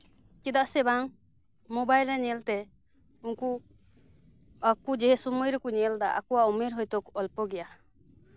ᱪᱮᱫᱟᱜ ᱥᱮ ᱵᱟᱝ ᱢᱳᱵᱟᱭᱤᱞ ᱨᱮ ᱧᱮᱞᱛᱮ ᱩᱱᱠᱩ ᱟᱠᱚ ᱡᱮ ᱥᱚᱢᱚᱭ ᱨᱮᱠᱚ ᱧᱮᱞᱫᱟ ᱟᱠᱚᱣᱟᱜ ᱩᱢᱮᱨ ᱦᱚᱭᱛᱚ ᱚᱞᱯᱚ ᱜᱮᱭᱟ